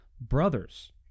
Brothers